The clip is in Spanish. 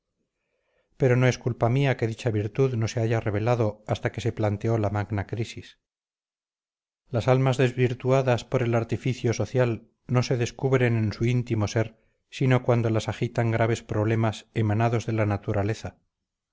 pero no es culpa mía que dicha virtud no se haya revelado hasta que se planteó la magna crisis las almas desvirtuadas por el artificio social no se descubren en su íntimo ser sino cuando las agitan graves problemas emanados de la naturaleza